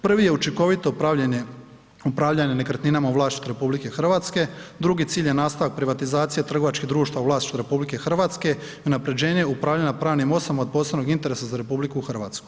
Prvi je učinkovito upravljanje nekretninama u vlasništvu RH, drugi cilj je nastavak privatizacije trgovačkih društava u vlasništvu RH i unaprjeđenje upravljanja pravnim osobama od posebnog interesa za RH.